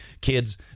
kids